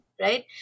right